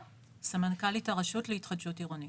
סמנכ"לית הרשות להתחדשות עירונית.